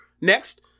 next